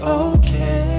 okay